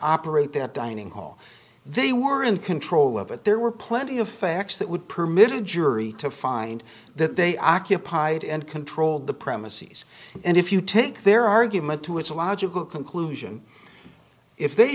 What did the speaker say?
operate that dining hall they were in control of it there were plenty of facts that would permit a jury to find that they occupied and controlled the premises and if you take their argument to its logical conclusion if they